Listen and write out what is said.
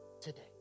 today